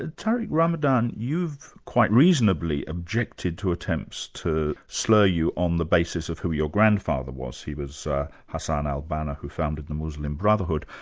ah tariq ramadan, you've quite reasonably objected to attempts to slur you on the basis of who your grandfather was. he was hassan al banna who founded the muslim brotherhood.